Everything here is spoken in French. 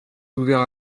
ouvert